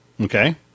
Okay